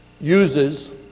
uses